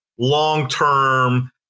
Long-term